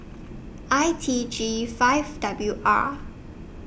I T G five W R